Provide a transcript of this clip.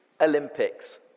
Olympics